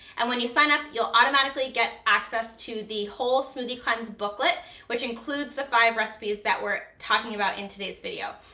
and when you sign up, you'll automatically get access to the whole smoothie cleanse booklet which includes the five recipes that we're talking about in today's video.